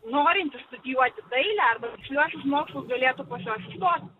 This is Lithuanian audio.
norintis studijuoti dailę arba tiksliuosius mokslus galėtų pas juos įstoti